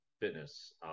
fitness